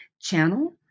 channel